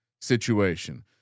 situation